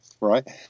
Right